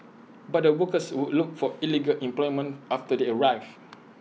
but the workers would look for illegal employment after they arrive